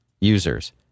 users